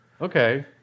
okay